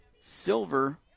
silver